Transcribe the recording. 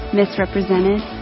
misrepresented